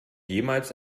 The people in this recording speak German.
jemals